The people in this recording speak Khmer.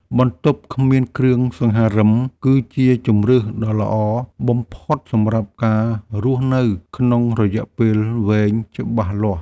បន្ទប់គ្មានគ្រឿងសង្ហារិមគឺជាជម្រើសដ៏ល្អបំផុតសម្រាប់ការរស់នៅក្នុងរយៈពេលវែងច្បាស់លាស់។